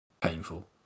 painful